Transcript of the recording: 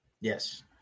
Yes